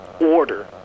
order